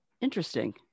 Interesting